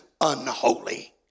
unholy